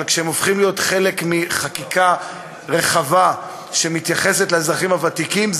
אבל כשהם הופכים להיות חלק מחקיקה רחבה שמתייחסת לאזרחים הוותיקים,